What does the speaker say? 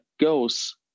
goes